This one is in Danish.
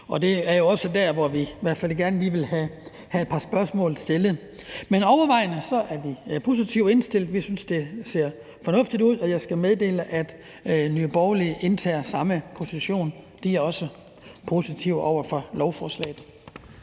Det er jo også der, hvor vi i hvert fald gerne lige vil have et par spørgsmål stillet. Men overvejende er vi positivt indstillet. Vi synes, det ser fornuftigt ud, og jeg skal meddele, at Nye Borgerlige indtager samme position; de er også positive over for lovforslaget.